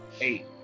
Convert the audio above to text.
Eight